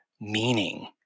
meaning